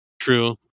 True